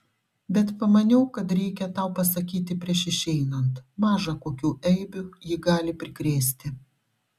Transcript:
bet pamaniau kad reikia tau pasakyti prieš išeinant maža kokių eibių ji gali prikrėsti